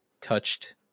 touched